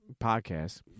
podcast